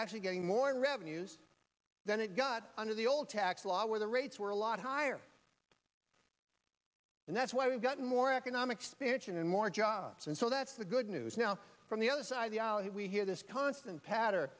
actually getting more revenues then it got under the old tax law where the rates were a lot higher and that's why we've gotten more economic spiritual and more jobs and so that's the good news now from the other side of the aisle and we hear this constant patter